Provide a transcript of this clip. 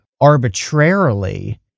arbitrarily